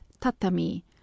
tatami